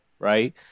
Right